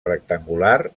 rectangular